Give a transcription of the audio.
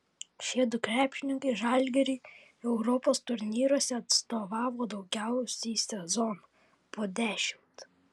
šiedu krepšininkai žalgiriui europos turnyruose atstovavo daugiausiai sezonų po dešimt